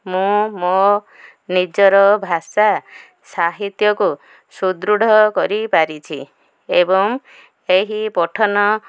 ମୁଁ ମୋ ନିଜର ଭାଷା ସାହିତ୍ୟକୁ ସୁଦୃଢ଼ କରିପାରିଛି ଏବଂ ଏହି ପଠନ